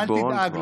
אל תדאג לו.